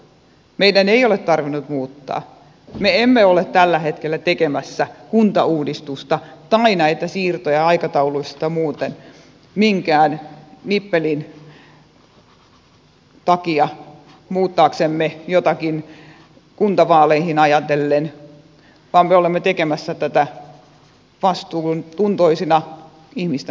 meidän ei ole tarvinnut muuttaa me emme ole tällä hetkellä tekemässä kuntauudistusta tai näitä siirtoja aikatauluista muuten minkään nippelin takia muuttaaksemme jotakin kuntavaaleja ajatellen vaan me olemme tekemässä tätä vastuuntuntoisina ihmisten palveluista